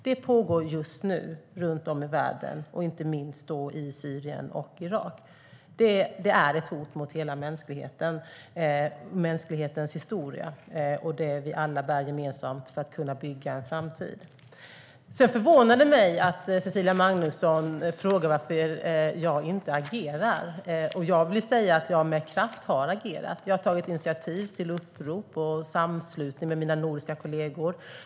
Det pågår just nu, runt om i världen, inte minst i Syrien och Irak. Det är ett hot mot hela mänsklighetens historia och det vi alla bär gemensamt för att kunna bygga en framtid. Det förvånar mig att Cecilia Magnusson frågar varför jag inte agerar. Jag har agerat med kraft. Jag har tagit initiativ till upprop och möten med mina nordiska kollegor.